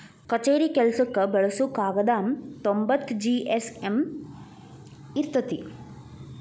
ಕಛೇರಿ ಕೆಲಸಕ್ಕ ಬಳಸು ಕಾಗದಾ ತೊಂಬತ್ತ ಜಿ.ಎಸ್.ಎಮ್ ಇರತತಿ